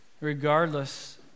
Regardless